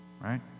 right